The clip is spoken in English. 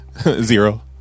zero